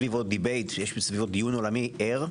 יש סביבו דיון עולמי ער.